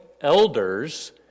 elders